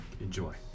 enjoy